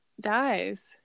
dies